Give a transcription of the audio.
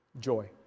Joy